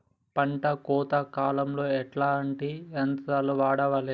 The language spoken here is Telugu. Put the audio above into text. పంట కోత కాలాల్లో ఎట్లాంటి యంత్రాలు వాడాలే?